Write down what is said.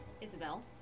Isabel